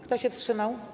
Kto się wstrzymał?